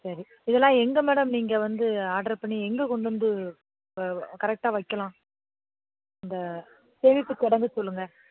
சரி இதெல்லாம் எங்கே மேடம் நீங்கள் வந்து ஆர்டர் பண்ணி எங்கே கொண்டு வந்து கரெக்டாக வைக்கலாம் இந்த சேமிப்பு கிடங்கு சொல்லுங்கள்